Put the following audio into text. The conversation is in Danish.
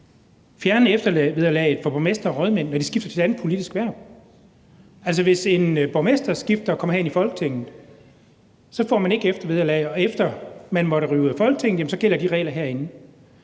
fjerne eftervederlaget for borgmestre og rådmænd, når de skifter til et andet politisk hverv? Altså, hvis en borgmester skifter og kommer herind i Folketinget, får vedkommende ikke eftervederlag; og efter at man måtte ryge ud af Folketinget, gælder reglerne herinde.